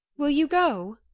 will you go?